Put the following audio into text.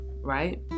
right